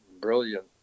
brilliant